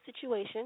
situation